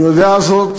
אני יודע זאת